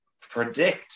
predict